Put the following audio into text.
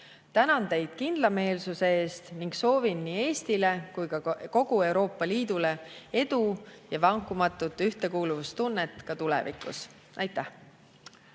Tänan teid kindlameelsuse eest ning soovin nii Eestile kui ka kogu Euroopa Liidule edu ja vankumatut ühtekuuluvustunnet tulevikuski. Aitäh!